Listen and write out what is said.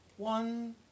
One